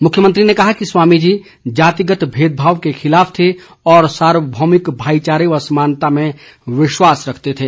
मुख्यमंत्री ने कहा कि स्वामी जी जातिगत भेदभाव के खिलाफ थे और सार्वभौमिक भाईचारे व समानता में विश्वास रखते थे